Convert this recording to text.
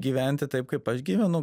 gyventi taip kaip aš gyvenu